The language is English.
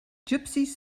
gypsies